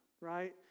right